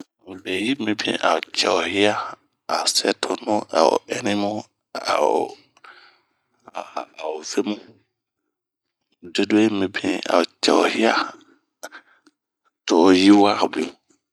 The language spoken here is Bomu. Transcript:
Beyi mibing ao cɛ o hia ao sɛ tonu, ao ɛni mu ao vemu. Dudue yi mibini a o cɛ o hia to o yiwa bunh.